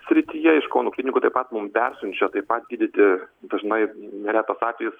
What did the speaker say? srityje iš kauno klinikų taip pat mum persiunčia taip pat gydyti dažnai neretas atvejis